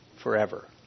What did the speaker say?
forever